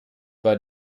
war